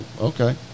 okay